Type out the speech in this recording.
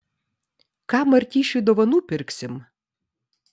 ką martyšiui dovanų pirksim